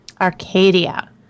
Arcadia